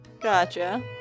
Gotcha